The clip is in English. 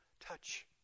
touch